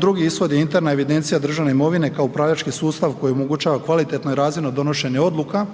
drugi ishod je interna evidencija državne imovine kao upravljački sustav koji omogućava kvalitetno i razvojno donošenje odluka